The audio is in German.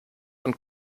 und